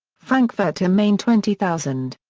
frankfurt am main twenty thousand.